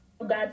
God